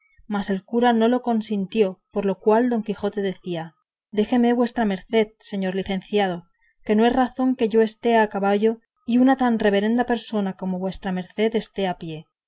mas el cura no lo consintió por lo cual don quijote decía déjeme vuestra merced señor licenciado que no es razón que yo esté a caballo y una tan reverenda persona como vuestra merced esté a pie